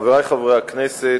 תודה, חברי חברי הכנסת,